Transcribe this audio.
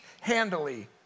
handily